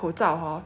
like 他没有